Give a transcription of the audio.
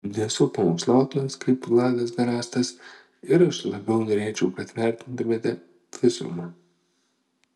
nesu pamokslautojas kaip vladas garastas ir aš labiau norėčiau kad vertintumėte visumą